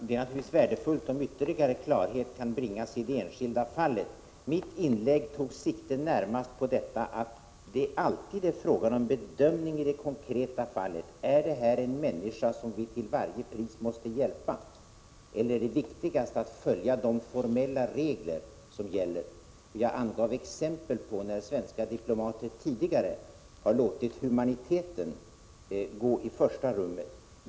Fru talman! Det är värdefullt om ytterligare klarhet kan bringas i det enskilda fallet. Mitt inlägg tog närmast sikte på att det alltid är fråga om bedömning i det konkreta fallet huruvida det är fråga om en människa som vi till varje pris måste hjälpa eller huruvida det är viktigast att följa de formella regler som gäller. Jag gav exempel på att svenska diplomater tidigare har låtit humaniteten komma i första rummet.